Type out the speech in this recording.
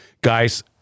Guys